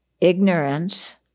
ignorance